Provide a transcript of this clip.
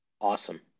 Awesome